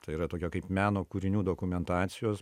tai yra tokia kaip meno kūrinių dokumentacijos